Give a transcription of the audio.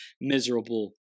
miserable